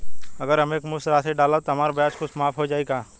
अगर हम एक मुस्त राशी डालब त हमार ब्याज कुछ माफ हो जायी का?